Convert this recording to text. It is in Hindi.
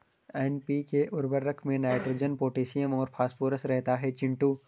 एन.पी.के उर्वरक में नाइट्रोजन पोटैशियम और फास्फोरस रहता है चिंटू